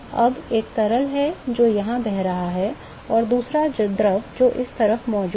अब एक तरल है जो यहाँ बह रहा है और दूसरा द्रव जो इस तरफ मौजूद है